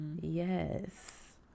Yes